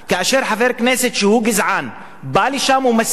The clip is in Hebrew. בא לשם ומסית נגד אלה שהם ממוצא אפריקני,